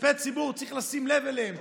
כספי ציבור, צריך לשים לב אליהם.